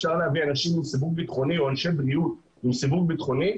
אפשר להביא אנשים עם סיווג ביטחוני או אנשי בריאות עם סיווג ביטחוני,